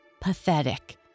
pathetic